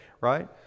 right